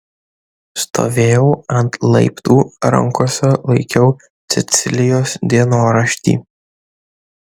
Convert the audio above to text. stovėjau ant laiptų rankose laikiau cecilijos dienoraštį